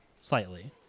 slightly